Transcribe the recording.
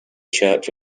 church